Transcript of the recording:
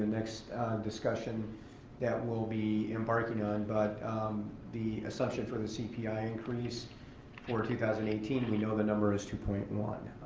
next discussion that we'll be embarking on, but the assumption for the cpi increase for two thousand and eighteen, and we know the number is two point one.